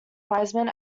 wiseman